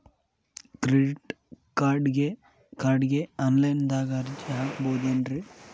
Credit ಕಾರ್ಡ್ಗೆ online ದಾಗ ಅರ್ಜಿ ಹಾಕ್ಬಹುದೇನ್ರಿ?